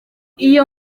iyo